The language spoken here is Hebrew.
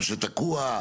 שתקוע,